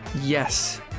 Yes